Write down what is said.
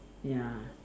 ya